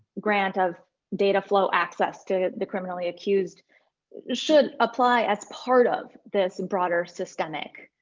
grant of data flow access to the criminally accused should apply as part of this broader systemic